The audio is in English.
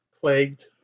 plagued